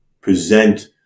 present